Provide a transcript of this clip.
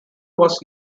was